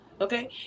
Okay